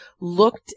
looked